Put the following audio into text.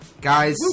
Guys